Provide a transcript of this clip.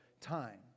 time